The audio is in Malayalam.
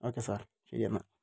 ഓക്കെ സർ ശരി എന്നാൽ